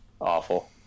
Awful